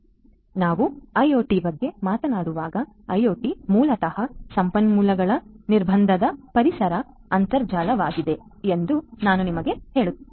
ಆದ್ದರಿಂದ ನಾವು ಐಒಟಿ ಬಗ್ಗೆ ಮಾತನಾಡುವಾಗ ಐಒಟಿ ಮೂಲತಃ ಸಂಪನ್ಮೂಲಗಳ ನಿರ್ಬಂಧದ ಪರಿಸರ ಅಂತರ್ಜಾಲವಾಗಿದೆ ಎಂದು ನಾನು ನಿಮಗೆ ಹೇಳುತ್ತಿದ್ದೆ